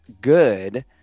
good